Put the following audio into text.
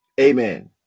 Amen